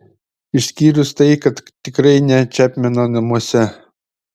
išskyrus tai kad tikrai ne čepmeno namuose